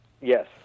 Yes